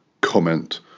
comment